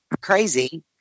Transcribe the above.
crazy